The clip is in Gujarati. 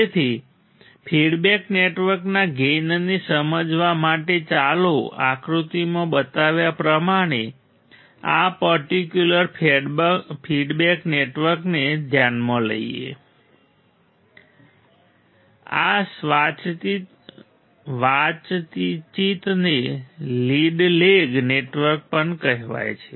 તેથી ફીડબેક નેટવર્કના ગેઇનને સમજવા માટે ચાલો આકૃતિમાં બતાવ્યા પ્રમાણે આ પર્ટિક્યુલર ફીડબેક નેટવર્કને ધ્યાનમાં લઈએ આ વાતચીતને લીડ લેગ નેટવર્ક પણ કહેવાય છે